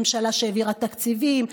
ממשלה שהעבירה תקציבים,